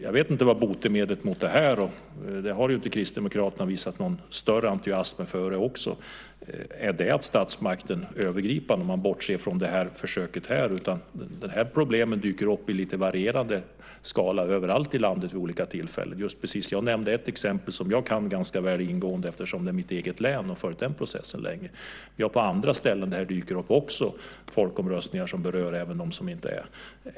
Jag vet inte vad botemedlet är, och Kristdemokraterna har ju inte visat någon större entusiasm över det tidigare heller. Gäller det statsmakten övergripande, om man bortser från det här försöket? Det här problemet dyker ju upp i lite varierande skala överallt i landet vid olika tillfällen. Jag nämnde ett exempel som jag kan ganska ingående eftersom det gäller mitt eget län. Den processen har jag följt länge. Folkomröstningar som berör även andra dyker ju upp också på andra ställen.